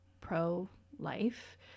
pro-life